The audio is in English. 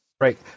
Right